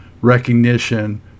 recognition